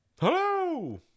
hello